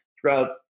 throughout